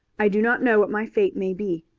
i do not know what my fate may be.